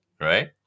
right